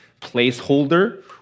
placeholder